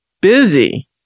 Busy